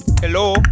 hello